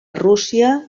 rússia